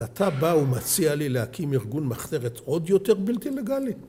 אתה בא ומציע לי להקים ארגון מחתרת עוד יותר בלתי לגאלי?